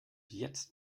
jetzt